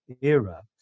era